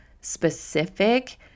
specific